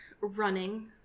running